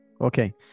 Okay